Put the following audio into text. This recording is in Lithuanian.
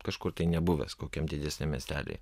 kažkur tai nebuvęs kokiam didesniam miestelyje